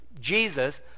Jesus